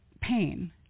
pain